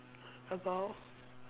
about